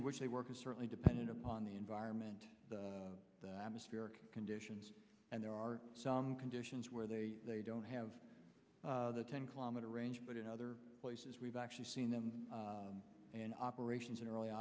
in which they work is certainly dependent upon the environment the atmospheric conditions and there are some conditions where they don't have the ten kilometer range but in other places we've actually seen them and operations in early